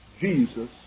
Jesus